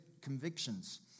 convictions